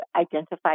identify